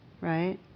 right